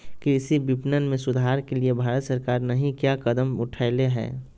कृषि विपणन में सुधार के लिए भारत सरकार नहीं क्या कदम उठैले हैय?